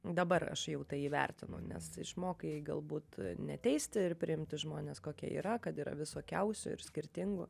dabar aš jau tai įvertinu nes išmokai galbūt neteisti ir priimti žmones kokie yra kad yra visokiausių ir skirtingų